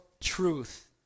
truth